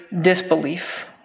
disbelief